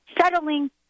Settling